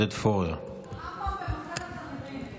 חבר הכנסת עודד פורר.